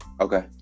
Okay